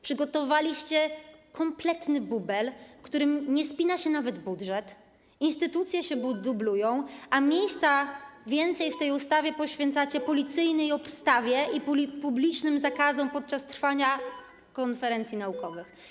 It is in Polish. Przygotowaliście kompletny bubel, w którym nie spina się nawet budżet, instytucje się dublują, a więcej miejsca w tej ustawie poświęcacie policyjnej obstawie i publicznym zakazom podczas trwania konferencji naukowych.